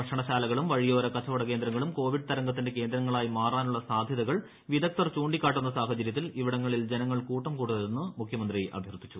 ഭക്ഷണശാലകളും വഴിയോര കച്ചവട കേന്ദ്രങ്ങളും കോവിഡ് തരംഗത്തിന്റെ കേന്ദ്രങ്ങളായി മാറാനുള്ള സാധ്യതകൾ വിദഗ്ധർ ചൂണ്ടിക്കാട്ടുന്ന സാഹചരൃത്തിൽ ഇവിടങ്ങളിൽ ജനങ്ങൾ കൂട്ടം കൂടരുതെന്ന് മുഖ്യമന്ത്രി അഭ്യർത്ഥിച്ചു